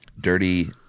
Dirty